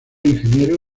ingeniero